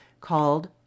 called